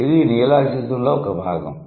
ఇది నియోలాజిజంలో ఒక భాగం